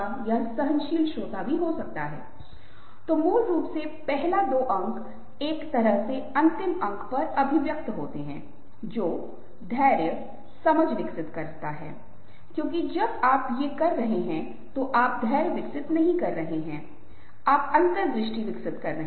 जिस क्षण वे ग्राहक से मिलते हैं वे इस तरह से बात करते हैं कि और उन्हें चीजों को दिखाने के लिए राजी करते हैं और साथ ही वे कुछ चीजें खरीदने के लिए राजी होते हैं